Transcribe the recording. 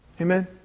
Amen